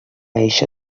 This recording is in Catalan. eixa